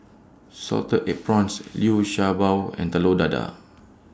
Salted Egg Prawns Liu Sha Bao and Telur Dadah